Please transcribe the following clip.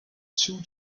two